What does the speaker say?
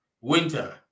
Winter